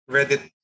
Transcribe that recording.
Reddit